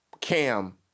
Cam